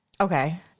Okay